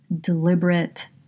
deliberate